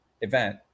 event